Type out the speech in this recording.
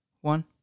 one